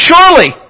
Surely